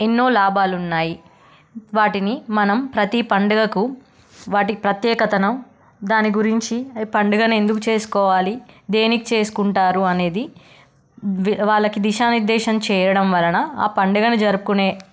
ఎన్నో లాభాలు ఉన్నాయి వాటిని మనం ప్రతీ పండుగకు వాటి ప్రత్యేకతను దాని గురించి ఆ పండుగను ఎందుకు చేసుకోవాలి దేనికి చేసుకుంటారు అనేది వాళ్ళకి దిశానిర్ధేశం చేయడం వలన ఆ పండుగను జరుపుకొనే